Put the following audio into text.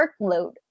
workload